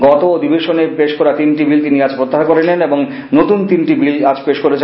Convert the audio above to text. গত অধিবেশনে পেশ করা তিনটি বিল তিনি আজ প্রত্যাহার করে নেন এবং নতুন তিনটি বিল পেশ করেন